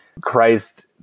Christ